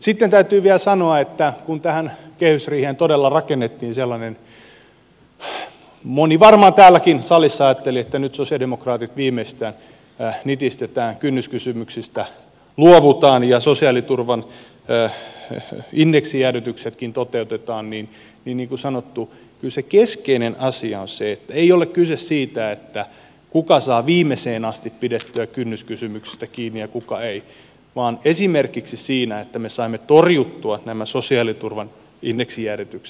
sitten täytyy vielä sanoa että kun tähän kehysriiheen todella rakennettiin sellainen moni varmaan täälläkin salissa ajatteli että nyt sosialidemokraatit viimeistään nitistetään kynnyskysymyksistä luovutaan ja sosiaaliturvan indeksijäädytyksetkin toteutetaan niin kuin sanottu kyllä se keskeinen asia on se että ei ole kyse siitä kuka saa viimeiseen asti pidettyä kynnyskysymyksistä kiinni ja kuka ei vaan esimerkiksi siitä että me saimme torjuttua nämä sosiaaliturvan indeksijäädytykset